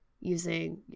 using